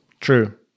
true